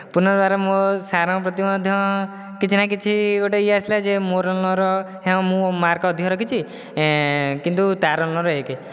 ପୁନର୍ବାର ମୁଁ ସାରଙ୍କ ପ୍ରତି ମଧ୍ୟ କିଛି ନାଁ କିଛି ଗୋଟେ ଇୟେ ଆସିଲା ଯେ ମୋର ରୋଲ ନମ୍ବର ଆଉ ମୁଁ ମାର୍କ ଅଧିକ ରଖିଛି କିନ୍ତୁ ତାର ରୋଲ ନମ୍ବର ଏକ